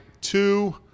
two